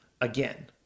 again